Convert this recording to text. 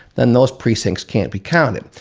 then those precincts can't be counted.